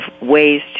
ways